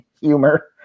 humor